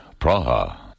Praha